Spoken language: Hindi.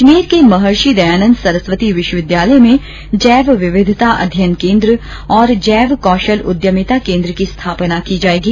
अजमेर के महर्षि दयानन्द सरस्वती विश्वविद्यालय में जैव विविधता अध्ययन केन्द्र और जैव कौशल उद्यमिता केन्द्र की स्थापना की जायेगी